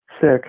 sick